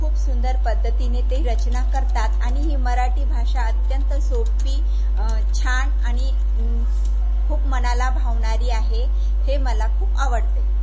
खूप सुंदर पद्धतीने ते रचना करतात आणि ही मराठी भाषा अत्यंत सोपी छान आणि खूप मनाला भावणारी आहे हे मला खूप आवडते